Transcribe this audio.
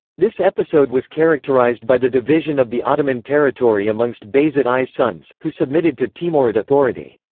this episode was characterized by the division of the ottoman territory amongst bayezid i's sons, who submitted to timurid authority.